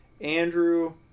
Andrew